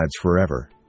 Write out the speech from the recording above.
forever